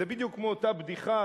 זה בדיוק כמו אותה בדיחה,